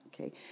Okay